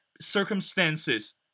circumstances